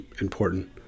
important